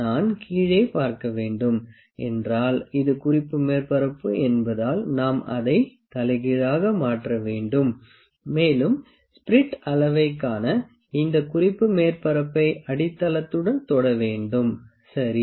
நான் கீழே பார்க்க வேண்டும் என்றால் இது குறிப்பு மேற்பரப்பு என்பதால் நாம் அதை தலைகீழாக மாற்ற வேண்டும் மேலும் ஸ்பிரிட் அளவைக் காண இந்த குறிப்பு மேற்பரப்பை அடித்தளத்துடன் தொட வேண்டும் சரி